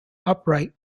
upright